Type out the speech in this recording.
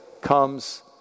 comes